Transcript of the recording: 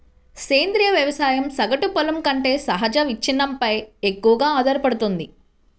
సేంద్రీయ వ్యవసాయం సగటు పొలం కంటే సహజ విచ్ఛిన్నంపై ఎక్కువగా ఆధారపడుతుంది